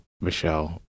Michelle